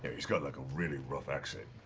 he's got like a really rough accent.